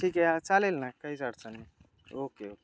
ठीक आहे चालेल ना काहीच अडचण नाही ओके ओके